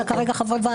אמרת כרגע חברי ועדה.